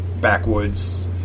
backwoods